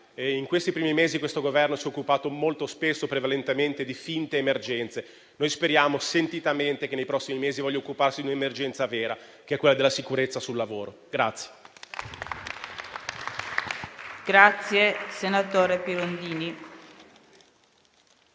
In questi primi mesi questo Governo si è occupato molto spesso e prevalentemente di finte emergenze. Noi speriamo sentitamente che nei prossimi mesi voglia occuparsi di un'emergenza vera, quella della sicurezza sul lavoro.